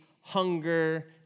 hunger